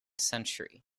century